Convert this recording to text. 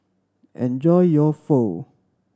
enjoy your Pho